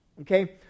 okay